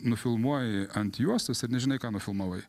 nufilmuoji ant juostos ir nežinai ką nufilmavai